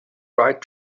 right